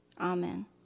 Amen